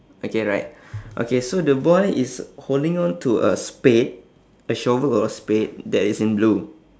okay right okay so the boy is holding on to a spade a shovel or a spade that is in blue